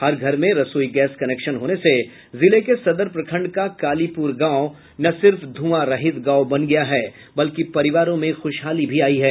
हर घर में रसोई गैस कनेक्शन होने से जिले के सदर प्रखंड का कालीपुर गांव न सिर्फ धुआं रहित गांव बन गया है बल्कि परिवारों में खुशहाली भी आई है